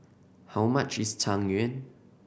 how much is Tang Yuen